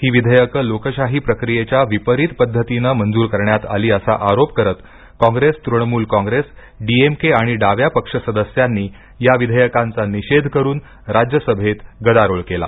ही विधेयकं लोकशाही प्रक्रियेच्या विपरीत पद्धतीनं मंजूर करण्यात आली असा आरोप करत कॉंग्रेस तृणमूल कॉंग्रेस डीएमके आणि डाव्या पक्ष सदस्यांनी या विधेयकांचा निषेध करत राज्यसभेत गदारोळ केला